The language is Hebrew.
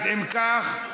אם כך,